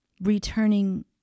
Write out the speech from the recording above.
Returning